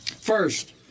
First